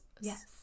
yes